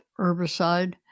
herbicide